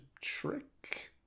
trick